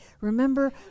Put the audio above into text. Remember